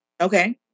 Okay